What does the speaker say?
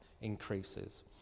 increases